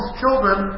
children